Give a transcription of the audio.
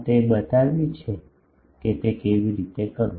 તે બતાવ્યું છે કે તે કેવી રીતે કરવું